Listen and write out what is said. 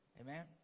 Amen